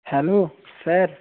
hello sir